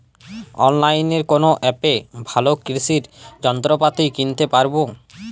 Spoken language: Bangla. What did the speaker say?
অনলাইনের কোন অ্যাপে ভালো কৃষির যন্ত্রপাতি কিনতে পারবো?